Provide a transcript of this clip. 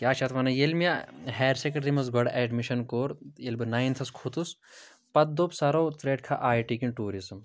کیٛاہ چھِ اتھ وَنان ییٚلہِ مےٚ ہایر سیٚکنٛڈری منٛز گۄڈٕ ایٚڈمِشَن کوٚر ییٚلہِ بہٕ ناینتھَس کھوٚتُس پَتہٕ دوٚپ سَرو ژٕ رَٹکھا آئی ٹی کِنہٕ ٹیٛوٗرِزٕم